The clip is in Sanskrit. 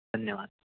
धन्यवादः